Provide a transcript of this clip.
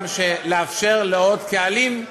לאפשר לעוד קהלים,